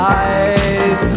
eyes